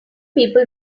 people